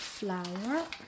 Flour